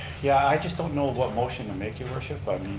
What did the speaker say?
yeah, i just don't know what motion to make, your worship. i